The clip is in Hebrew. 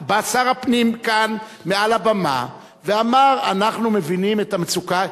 בא שר הפנים כאן מעל הבמה ואמר: אנחנו מבינים את המצוקה.